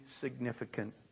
significant